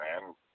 Man